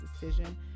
decision